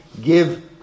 give